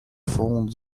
found